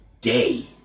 day